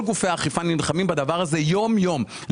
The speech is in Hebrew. כל גופי האכיפה נלחמים בדבר הזה יום יום,